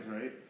right